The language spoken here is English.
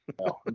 No